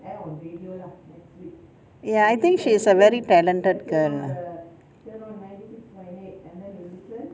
ya I think she is a very talented girl lah